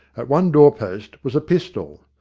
at one door-post was a pistol.